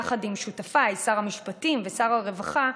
יחד עם שותפיי שר המשפטים ושר הרווחה,